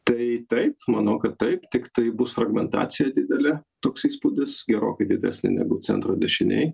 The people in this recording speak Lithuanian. tai taip manau kad taip tiktai bus fragmentacija didelė toks įspūdis gerokai didesnė negu centro dešinėj